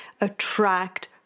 attract